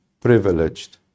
privileged